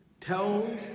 tell